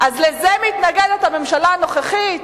אז לזה מתנגדת הממשלה הנוכחית?